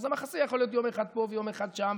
אז המחסה יכול להיות יום אחד פה ויום אחד שם,